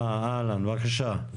אהלן, בבקשה.